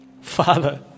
Father